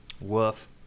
Woof